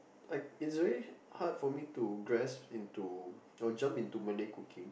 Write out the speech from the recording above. I it's very hard for me to grasp into or jump into Malay cooking